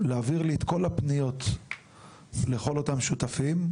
להעביר אליי את כל הפניות לכל אותם שותפים.